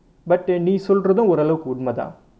but நீ சொல்றதும் ஓரளவுக்கு உன்மைதான்:nee solrathum oraluvukku unmaithaan